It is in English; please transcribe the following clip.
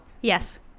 Yes